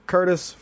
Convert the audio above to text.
Curtis